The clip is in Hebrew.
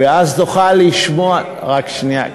ואז נוכל לשמוע, אדוני סגן השר, רק שנייה.